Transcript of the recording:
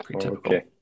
Okay